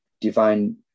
divine